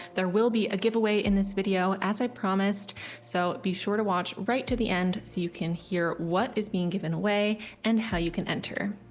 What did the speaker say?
there will be a giveaway in this video as i promised so be sure to watch right to the end so you can hear what is being given away and how you can enter.